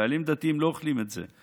חיילים דתיים לא אוכלים את זה.